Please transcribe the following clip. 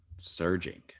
Surging